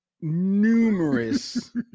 numerous